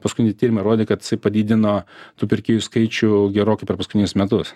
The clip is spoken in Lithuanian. paskutiniai tyrimai rodė kad jisai padidino tų pirkėjų skaičių gerokai per paskutinius metus